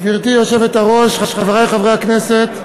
גברתי היושבת-ראש, חברי חברי הכנסת,